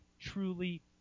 truly